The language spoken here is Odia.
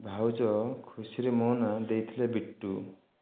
ଭାଉଜ ଖୁସିରେ ମୋ ନାଁ ଦେଇଥିଲେ ବିଟୁ